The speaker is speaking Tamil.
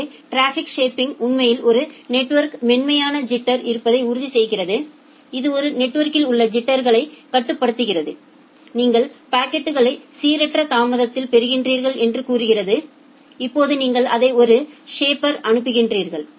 எனவே டிராபிக் ஷேப்பிங் உண்மையில் நெட்வொர்க்கில் மென்மையான ஐிட்டர் இருப்பதை உறுதி செய்கிறது இது நெட்வொர்கில் உள்ள ஐிட்டர்களை கட்டுப்படுத்துகிறது நீங்கள் பாக்கெட்டுகளை சீரற்ற தாமதத்தில் பெறுகிறீர்கள் என்று கூறுகிறது இப்போது நீங்கள் அதை ஒரு ஷேப்பருக்கு அனுப்புகிறீர்கள்